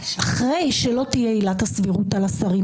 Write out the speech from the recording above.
אחרי שלא תהיה עילת הסבירות על השרים,